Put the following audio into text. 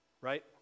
Right